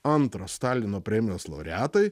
antra stalino premijos laureatai